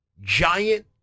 giant